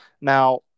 Now